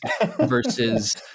versus